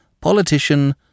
politician